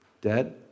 Dad